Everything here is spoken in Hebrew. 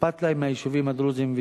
אכפת להם מהיישובים הדרוזיים,